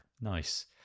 nice